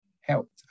helped